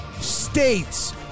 States